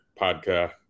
podcast